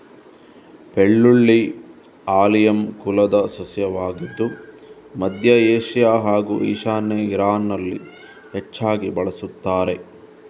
ಬೆಳ್ಳುಳ್ಳಿ ಆಲಿಯಮ್ ಕುಲದ ಸಸ್ಯವಾಗಿದ್ದು ಮಧ್ಯ ಏಷ್ಯಾ ಹಾಗೂ ಈಶಾನ್ಯ ಇರಾನಲ್ಲಿ ಹೆಚ್ಚಾಗಿ ಬಳಸುತ್ತಾರೆ